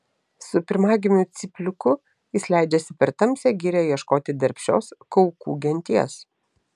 su pirmagimiu cypliuku jis leidžiasi per tamsią girią ieškoti darbščios kaukų genties